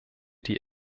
die